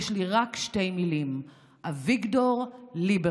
יש לי רק שתי מילים: אביגדור ליברמן,